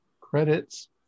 credits